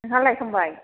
नोंहा लायखांबाय